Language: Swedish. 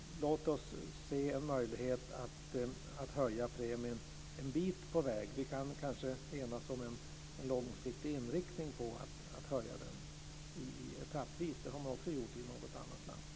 Låt oss se en möjlighet att höja premien en bit på väg. Vi kan kanske enas om en långsiktig inriktning på att höja den etappvis. Det har man gjort i något annat land. Tack!